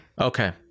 Okay